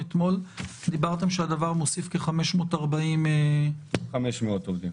אתמול דיברתם על כך שהדבר מוסיף כ-540 -- 500 עובדים.